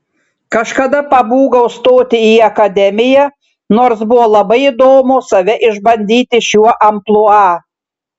kažkada pabūgau stoti į akademiją nors buvo labai įdomu save išbandyti šiuo amplua